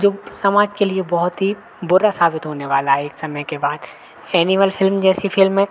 जो समाज के लिए बहुत ही बुरा साबित होने वाला है एक समय के बाद एनिमल फ़िलिम जैसी फ़िल्में